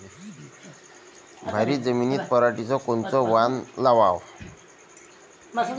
भारी जमिनीत पराटीचं कोनचं वान लावाव?